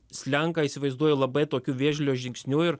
slenka įsivaizduoju labai tokiu vėžlio žingsniu ir